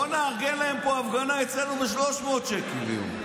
בוא נארגן להם פה הפגנה אצלנו ב-300 שקל ליום.